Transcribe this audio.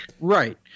right